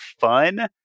fun